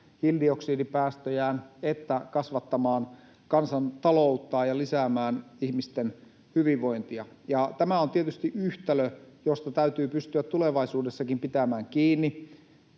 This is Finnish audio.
hiilidioksidipäästöjään että kasvattamaan kansantalouttaan ja lisäämään ihmisten hyvinvointia. Tämä on tietysti yhtälö, josta täytyy pystyä tulevaisuudessakin pitämään kiinni.